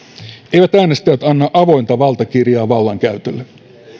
eivät äänestäjät anna avointa valtakirjaa vallankäytölle